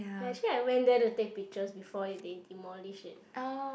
ya actually I went there to take pictures before it they demolished it